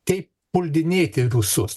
taip puldinėti rusus